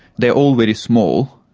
they are all very small,